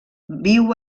viu